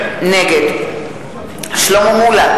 נגד שלמה מולה,